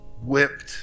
whipped